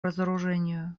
разоружению